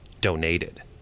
Donated